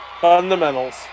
Fundamentals